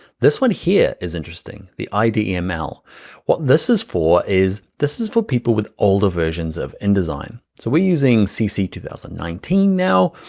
this one here is interesting the idml. what this is for is this is for people with older versions of indesign. so we're using cc two thousand and nineteen now.